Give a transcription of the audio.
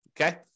Okay